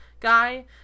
guy